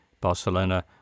Barcelona